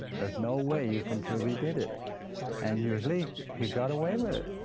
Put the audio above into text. there's no way you can prove he did it and usually he got away with it